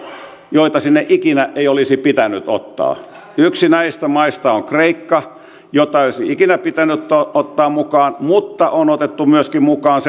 joita sinne ikinä ei olisi pitänyt ottaa yksi näistä maista on kreikka jota ei olisi ikinä pitänyt ottaa mukaan mutta on otettu myöskin mukaan